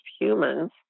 humans